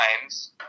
times